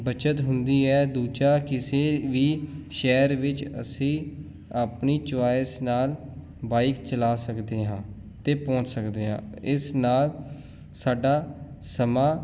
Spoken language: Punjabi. ਬਚਤ ਹੁੰਦੀ ਹੈ ਦੂਜਾ ਕਿਸੇ ਵੀ ਸ਼ਹਿਰ ਵਿੱਚ ਅਸੀਂ ਆਪਣੀ ਚੋਇਸ ਨਾਲ ਬਾਈਕ ਚਲਾ ਸਕਦੇ ਹਾਂ ਅਤੇ ਪਹੁੰਚ ਸਕਦੇ ਹਾਂ ਇਸ ਨਾਲ ਸਾਡਾ ਸਮਾਂ